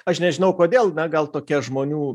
aš nežinau kodėl na gal tokia žmonių